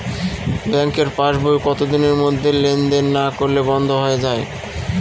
ব্যাঙ্কের passbook কত দিনের মধ্যে লেন দেন না করলে বন্ধ হয়ে য়ায়?